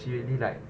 she really like